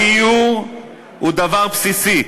הדיור הוא דבר בסיסי,